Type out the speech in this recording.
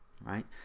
right